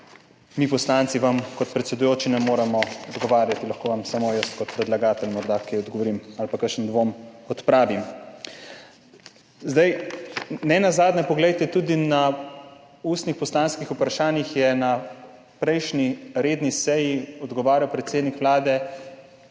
mi poslanci vam kot predsedujoči ne moremo odgovarjati. Lahko vam samo jaz kot predlagatelj morda kaj odgovorim ali pa odpravim kakšen dvom. Nenazadnje je tudi na ustnih poslanskih vprašanjih na prejšnji redni seji odgovarjal predsednik Vlade